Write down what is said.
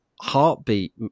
heartbeat